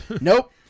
Nope